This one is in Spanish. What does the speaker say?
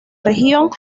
región